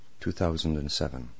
2007